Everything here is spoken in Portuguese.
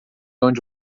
onde